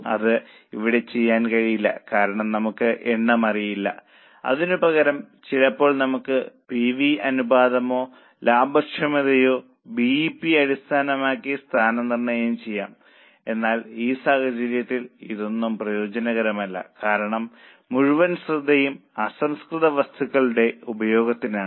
അത് ഇവിടെ ചെയ്യാൻ കഴിയില്ല കാരണം നമുക്ക് എണ്ണം അറിയില്ല അതിനുപകരം ചിലപ്പോൾ നമുക്ക് പി വി അനുപാതമോ ലാഭക്ഷമതയോ ബിഇപിയോ അടിസ്ഥാനമാക്കി സ്ഥാനനിർണയം ചെയ്യാം എന്നാൽ ഈ സാഹചര്യത്തിൽ ഇതൊന്നും പ്രയോജനകരമല്ല കാരണം മുഴുവൻ ശ്രദ്ധയും അസംസ്കൃത വസ്തുക്കളുടെ ഉപയോഗത്തിലാണ്